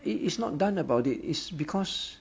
it is not done about it is because